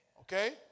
okay